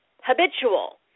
habitual